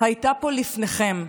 הייתה פה לפניכם,